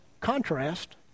contrast